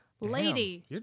Lady